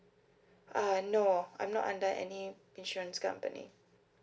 uh no I'm not under any insurance company